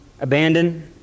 abandoned